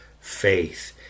faith